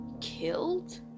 killed